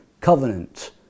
covenant